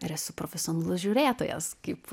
ir esu profesionalus žiūrėtojas kaip